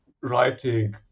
writing